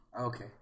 Okay